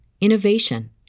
innovation